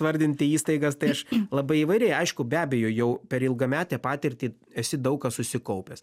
vardinti įstaigas tai aš labai įvairiai aišku be abejo jau per ilgametę patirtį esi daug ką susikaupęs